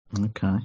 Okay